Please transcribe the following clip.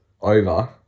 over